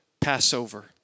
Passover